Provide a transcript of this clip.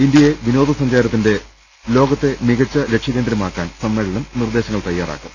ഇന്ത്യയെ വിനോദ സഞ്ചാരങ്ങളുടെ ലോക്കത്തെ മികച്ച ലക്ഷ്യകേന്ദ്രമാക്കാൻ സമ്മേളനം നിർദ്ദേശങ്ങൾ തയ്യാറാക്കും